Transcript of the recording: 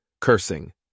Cursing